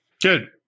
Good